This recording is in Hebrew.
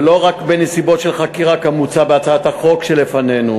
ולא רק בנסיבות של חקירה כמוצע בהצעת החוק שלפנינו.